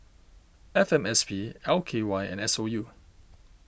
F M S P L K Y and S O U